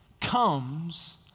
comes